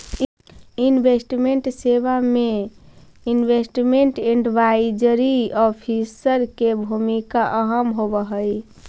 investment सेवा में investment advisory officer के भूमिका अहम होवऽ हई